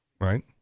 right